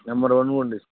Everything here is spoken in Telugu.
నెంబర్ వన్గా ఉంటుంది